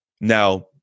now